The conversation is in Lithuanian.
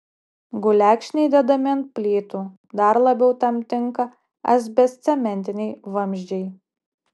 gulekšniai dedami ant plytų dar labiau tam tinka asbestcementiniai vamzdžiai